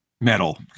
metal